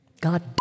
God